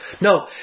No